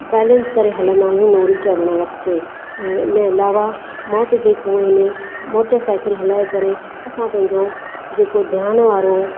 balance करे हलंदा आहियूं नोड़ी चढ़णु वक़्ति ऐं उनजे अलावा मौत जे कुऐं में मोटर साइकिल हलाइ करे असां पंहिंजो जेको ध्यानु वारो